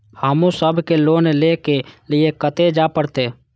हमू सब के लोन ले के लीऐ कते जा परतें?